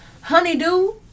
honeydew